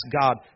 God